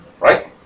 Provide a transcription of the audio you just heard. right